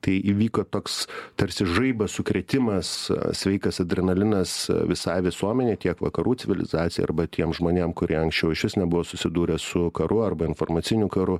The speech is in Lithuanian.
tai įvyko toks tarsi žaibas sukrėtimas sveikas adrenalinas visa visuomenei tiek vakarų civilizacijai arba tiems žmonėm kurie anksčiau išvis nebuvo susidūrę su karu arba informaciniu karu